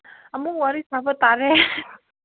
ꯑꯃꯨꯛ ꯋꯥꯔꯤ ꯁꯥꯕ ꯇꯥꯔꯦ